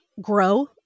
grow